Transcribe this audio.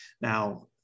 Now